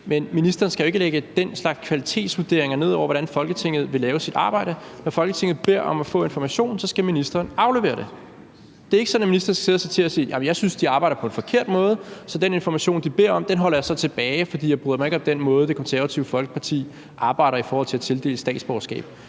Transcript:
men ministeren skal ikke jo lægge den slags kvalitetsvurderinger ned over, hvordan Folketinget vil lave sit arbejde. Når Folketinget beder om at få information, skal ministeren aflevere den. Det er ikke sådan, at ministeren kan sige: Jeg synes, at de arbejder på en forkert måde, så den information, de beder om, holder jeg tilbage, fordi jeg ikke bryder mig om den måde, Det Konservative Folkeparti arbejder på i forhold til at tildele statsborgerskab.